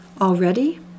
already